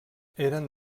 eren